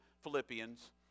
Philippians